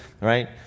right